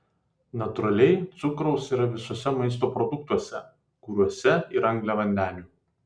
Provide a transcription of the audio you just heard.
natūraliai cukraus yra visuose maisto produktuose kuriuose yra angliavandenių